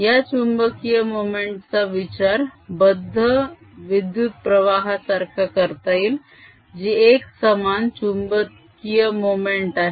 या चुंबकीय मोमेंटचा विचार बद्ध विद्युत प्रवाहासारखा करता येईल जी एकसमान चुंबकीय मोमेंट आहे